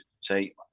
say